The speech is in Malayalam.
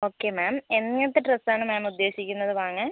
ഓക്കെ മാം എങ്ങനത്തെ ഡ്രസ്സ് ആണ് മാം ഉദ്ദേശിക്കുന്നത് വാങ്ങാൻ